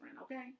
okay